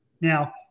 Now